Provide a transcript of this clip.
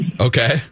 Okay